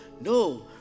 no